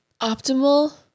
Optimal